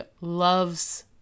loves